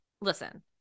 listen